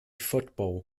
football